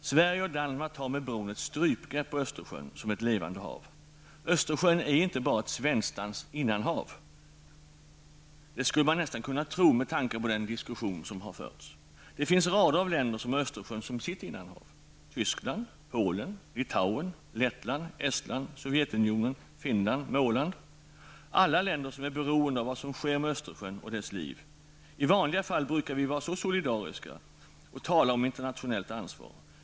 Sverige och Danmark tar med bron ett strypgrepp på Östersjön som ett levande hav. Östersjön är inte bara ett svensk-danskt innanhav. Det skulle man nästan kunna tro med tanke på den diskussion som förts. Det finns rader av länder som har Östersjön som sitt innanhav: Tyskland, Polen, Finland med Åland. Alla dessa länder är beroende av vad som sker med Östersjön och dess liv. I vanliga fall brukar vi vara så solidariska och tala om internationellt ansvar.